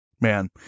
man